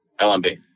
LMB